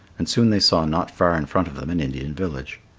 and soon they saw not far in front of them an indian village.